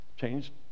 Changed